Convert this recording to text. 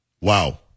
Wow